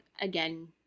again